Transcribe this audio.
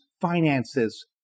finances